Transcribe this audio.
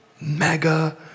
Mega